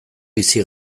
bizi